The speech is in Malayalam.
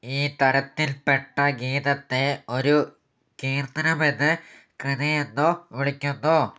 ഈ തരത്തിൽപ്പെട്ട ഗീതത്തെ ഒരു കീർത്തനമെന്നോ കൃതിയെന്നോ വിളിക്കുന്നു